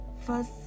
first